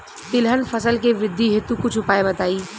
तिलहन फसल के वृद्धि हेतु कुछ उपाय बताई?